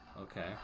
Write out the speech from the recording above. okay